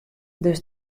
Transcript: dus